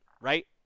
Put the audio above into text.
right